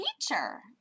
teacher